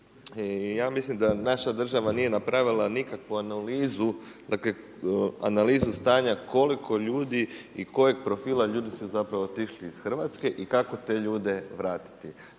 ja mislim da naša država nije napravila nikakvu analizu, dakle analizu stanja koliko ljudi i kojeg profila ljudi su zapravo otišli iz Hrvatske i kako te ljude vratiti.